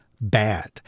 bad